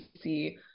see